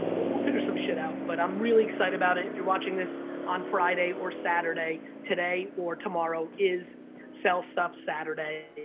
we'll figure some shit out, but i'm really excited about it. if you're watching this on friday or saturday, today, or tomorrow, is sell stuff saturday,